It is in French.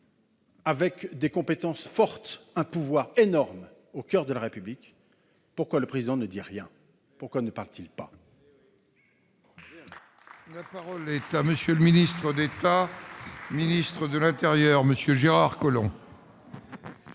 avec des compétences fortes et un pouvoir énorme au coeur de la République, est en cause, pourquoi le Président ne dit-il rien, pourquoi ne parle-t-il pas ?